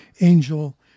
angel